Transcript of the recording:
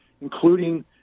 including